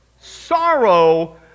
Sorrow